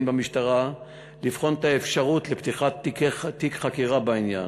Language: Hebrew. במשטרה לבחון את האפשרות לפתיחת תיק חקירה בעניין.